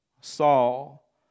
Saul